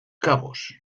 cabos